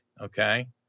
okay